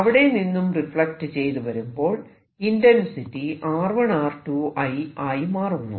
അവിടെനിന്നും റിഫ്ലക്ട് ചെയ്തു വരുമ്പോൾ ഇന്റെൻസിറ്റി R1 R2 I ആയി മാറുന്നു